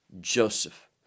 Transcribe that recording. joseph